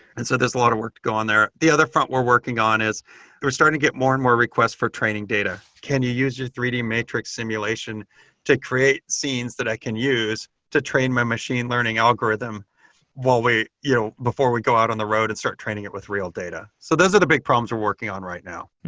and so there's a lot of work to go on there. the other front we're working on is we're starting to get more and more request for training data. can you use your three d matrix simulation to create scenes that i can use to train my machine learning algorithm you know before we go out on the road and start training it with real data? so those are the big problems we're working on right now.